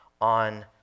on